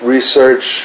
research